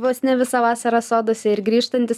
vos ne visą vasarą soduose ir grįžtantys